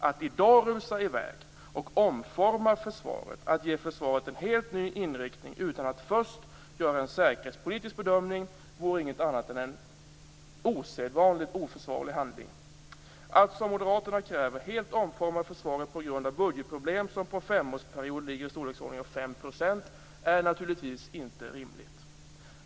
Att i dag rusa i väg och omforma försvaret, att ge försvaret en helt ny inriktning utan att först göra en säkerhetspolitisk bedömning, vore inget annat än en osedvanligt oförsvarlig handling. Att, som Moderaterna kräver, helt omforma försvaret på grund av budgetproblem, som på en femårsperiod ligger i storleksordningen 5 %, är naturligtvis inte rimligt.